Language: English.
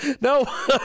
No